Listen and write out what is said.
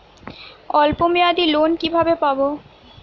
অল্প মেয়াদি লোন কিভাবে পাব?